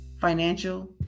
financial